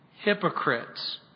hypocrites